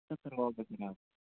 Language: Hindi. कब तक आओगे फिर आप